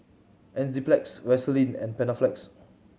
Enzyplex Vaselin and Panaflex